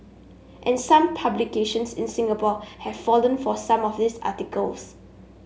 and some publications in Singapore have fallen for some of these articles